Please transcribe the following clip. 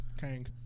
Kang